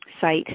site